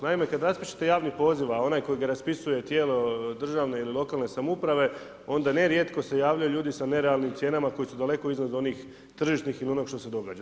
Naime, kad raspišete javni poziv, a onaj koji ga raspisuje, tijelo, državne ili lokalne samouprave onda se nerijetko se javljaju ljudi sa nerealnim cijenama koji su daleko iznad onih tržišnih ili onog što se događa.